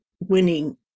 winning